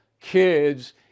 kids